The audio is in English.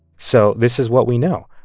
so this is what we know.